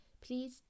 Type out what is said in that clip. please